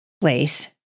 place